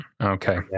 Okay